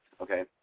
Okay